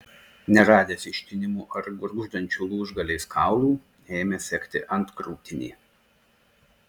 neradęs ištinimų ar gurgždančių lūžgaliais kaulų ėmė segti antkrūtinį